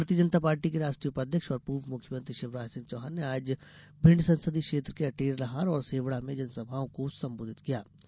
भारतीय जनता पार्टी के राष्ट्रीय उपाध्यक्ष और पूर्व मुख्यमंत्री शिवराज सिंह चौहान आज भिंड संसदीय क्षेत्र के अटेर लहार और सेवड़ा में जनसभाओं को संबोधित करेगे